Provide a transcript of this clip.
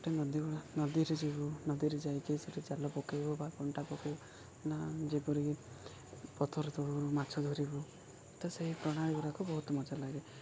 ଗୋଟେ ନଦୀ ନଦୀରେ ଯିବୁ ନଦୀରେ ଯାଇକି ସେଇଠି ଜାଲ ପକେଇବୁ ବା କଣ୍ଟା ପକେଇବ ନା ଯେପରିକି ପଥର ଦବୁ ମାଛ ଧରିବୁ ତ ସେଇ ପ୍ରଣାଳୀ ଗୁଡ଼ାକ ବହୁତ ମଜା ଲାଗେ